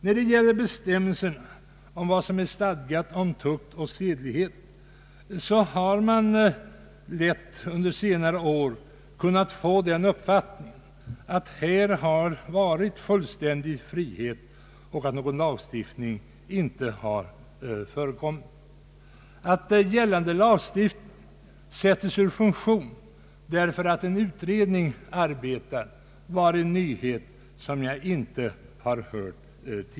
När det gäller bestämmelserna om vad som är stadgat om tukt och sedlighet har man lätt under senare år kunnat få den uppfattningen att här har rått fullständig frihet och att någon lagstiftning inte har förekommit. Att lag stiftning sätts ur funktion därför att en utredning arbetar var en nyhet, som jag inte tidigare hört.